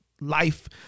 life